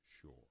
sure